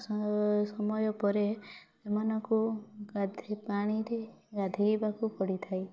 ସମୟପରେ ସେମାନଙ୍କୁ ଗାଧୋଇ ପାଣିରେ ଗାଧୋଇବାକୁ ପଡ଼ିଥାଏ